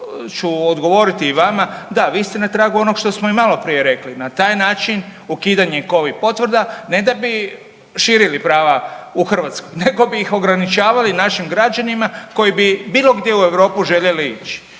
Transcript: ću odgovoriti i vam, da vi ste na tragu onog što smo i maloprije rekli. Na taj način ukidanje Covid potvrda ne da bi širili prava u Hrvatskoj nego bi ih ograničavali našim građanima koji bi bilo gdje u Europu željeli ići.